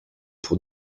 pour